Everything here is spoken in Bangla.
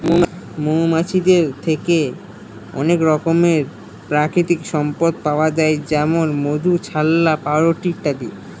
মৌমাছিদের থেকে অনেক রকমের প্রাকৃতিক সম্পদ পাওয়া যায় যেমন মধু, ছাল্লা, পাউরুটি ইত্যাদি